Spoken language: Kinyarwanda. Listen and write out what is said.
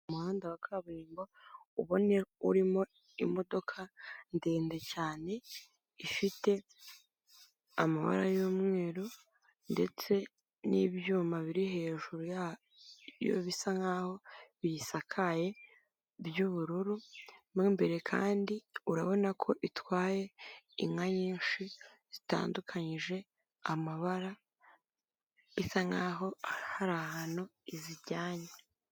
Umuhanda wa kaburimbo ubona ko urimo imodoka ndende cyane ifite amabara y'umweru ndetse n'ibyuma biri hejuru yayo bisa nkaho biyisakaye by'ubururu, n'imbere kandi urabona ko itwaye inka nyinshi zitandukanyije amabara isa nkaho hari ahantu izijyanye.